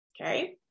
okay